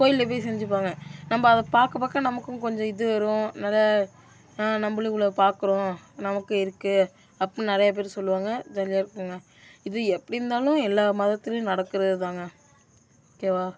கோயில்ல போய் செஞ்சிப்பாங்கள் நம்ம அதை பார்க்க பார்க்க நமக்கும் கொஞ்சம் இது வரும் நிறையா நம்மளும் இவ்வளோ பார்க்குறோம் நமக்கும் இருக்குது அப்படின்னு நிறையா பேர் சொல்லுவாங்கள் ஜாலியாருக்குதுங்க இது எப்படிந்தாலும் எல்லா மதத்துலேயும் நடக்கிறது தாங்க ஓகேவா